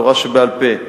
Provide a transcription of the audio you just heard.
תורה שבעל-פה,